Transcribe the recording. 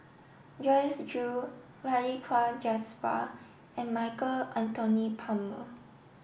Joyce Jue Balli Kaur Jaswal and Michael Anthony Palmer